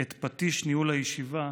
את פטיש ניהול הישיבה